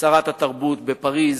שרת התרבות בפריס,